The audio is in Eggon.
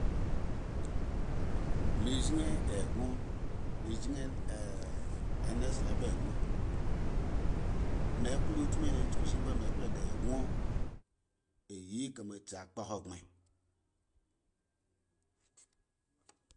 Me zgin eggon me zyin enesala ba eyyon me wo utmu he chuku shi mbo da egsoneyi eka mo tsi akpa hagren